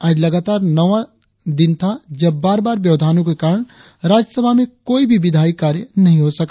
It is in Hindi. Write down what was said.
आज लगातार नौवा था जब बार बार व्यवधानों के कारण राज्यसभा में कोई भी विधायी कार्य नहीं हो सका